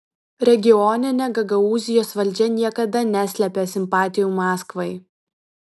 regioninė gagaūzijos valdžia niekada neslėpė simpatijų maskvai